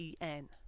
en